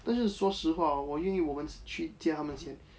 但是说实话 hor 我愿意我们去见他们先